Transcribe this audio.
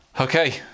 Okay